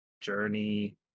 Journey